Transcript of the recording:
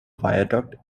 viaduct